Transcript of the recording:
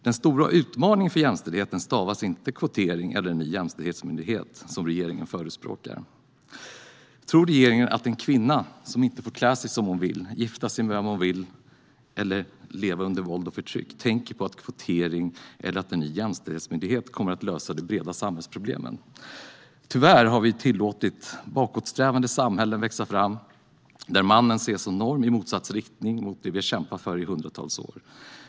Den stora utmaningen för jämställdheten stavas inte kvotering eller en ny jämställdhetsmyndighet, som regeringen förespråkar. Tror regeringen att en kvinna som inte får klä sig som hon vill eller gifta sig med vem hon vill eller som lever under våld och förtryck tänker på att kvotering eller en ny jämställdhetsmyndighet kommer att lösa de breda samhällsproblemen? Tyvärr har vi låtit bakåtsträvande samhällen växa fram där mannen ses som norm i motsatt riktning mot det som vi har kämpat för i hundratals år.